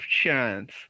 chance